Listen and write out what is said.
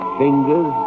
fingers